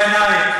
בעיניים,